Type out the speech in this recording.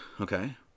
okay